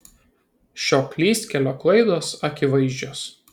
šio klystkelio klaidos akivaizdžios